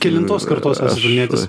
kelintis kartos esat vilnietis